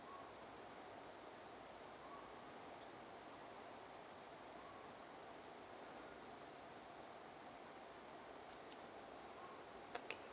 okay